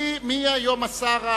מי היום השר?